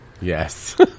Yes